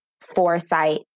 foresight